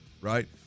right